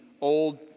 old